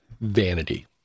Vanity